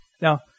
Now